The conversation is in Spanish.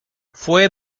fue